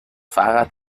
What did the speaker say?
fahrrad